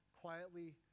quietly